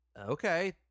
okay